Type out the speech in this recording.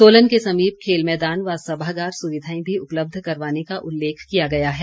सोलन के समीप खेल मैदान व सभागार सुविधाएं भी उपलब्ध करवाने का उल्लेख किया गया है